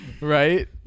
right